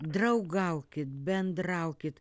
draugaukit bendraukit